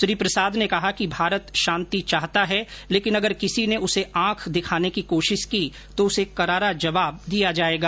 श्री प्रसाद ने कहा कि भारत शांति चाहता है लेकिन अगर किसी ने उसे आंख दिखाने की कोशिश की तो उसे करारा जवाब दिया जायेगा